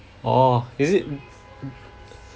orh is it